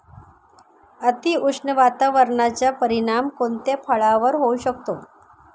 अतिउष्ण वातावरणाचा परिणाम कोणत्या फळावर होऊ शकतो?